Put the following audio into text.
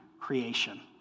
Creation